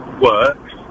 works